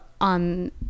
on